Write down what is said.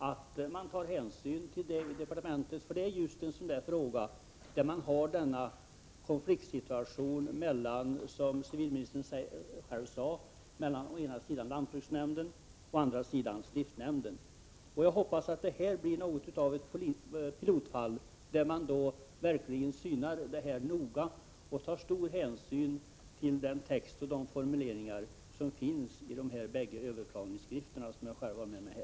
Det här är just en sådan fråga där det finns denna konflikt mellan, som civilministern själv sade, å ena sidan lantbruksnämnden och å andra sidan stiftsnämnden. Jag hoppas att detta ärende blir något av ett pilotfall, som man verkligen synar noga, och att man tar stor hänsyn till den text och de formuleringar som finns i de båda överklagandeskrifter som jag har med mig här.